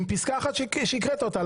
עם פסקה אחת שהקראת אותה,